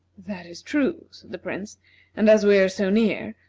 that is true, said the prince and as we are so near,